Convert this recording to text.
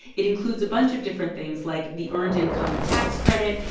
it includes a bunch of different things like the earned income tax credit,